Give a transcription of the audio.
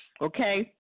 okay